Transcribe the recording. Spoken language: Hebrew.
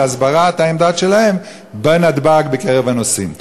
להסברת העמדות שלהם בקרב הנוסעים בנתב"ג?